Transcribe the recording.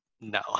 No